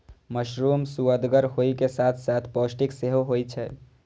mushroom सुअदगर होइ के साथ साथ पौष्टिक सेहो होइ छै